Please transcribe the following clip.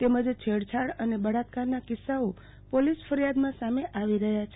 તેમજ છેછાડ અને બળાત્કારના કિસ્સાઓ પોલીસ ફરીયાદમાં સામે આવી રહ્યા છે